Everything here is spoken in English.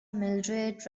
mildrid